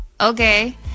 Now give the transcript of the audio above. okay